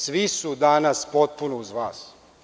Svi su danas potpuno uz vas.